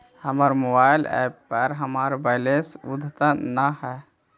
हमर mobile app पर हमर बैलेंस अद्यतन ना हई